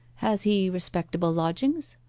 has he respectable lodgings?